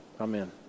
Amen